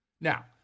Now